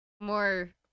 more